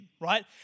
right